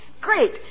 great